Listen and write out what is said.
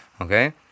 Okay